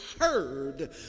heard